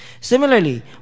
Similarly